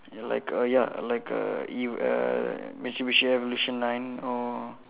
like a ya like a E~ err Mitsubishi evolution nine or